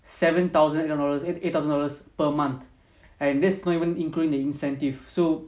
seven thousand dollars eight thousand dollars per month and this not even including the incentive so